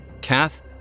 Kath